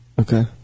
Okay